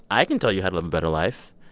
i can tell you how to live a better life.